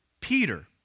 Peter